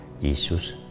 Jesus